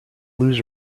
lose